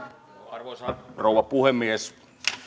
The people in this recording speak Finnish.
arvoisa rouva puhemies